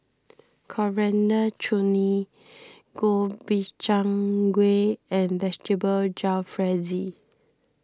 Coriander Chutney Gobchang Gui and Vegetable Jalfrezi